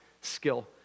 skill